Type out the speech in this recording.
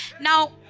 now